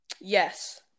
Yes